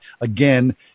Again